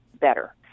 better